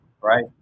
right